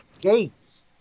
gates